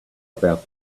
about